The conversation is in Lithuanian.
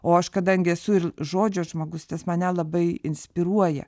o aš kadangi esu ir žodžio žmogus tas mane labai inspiruoja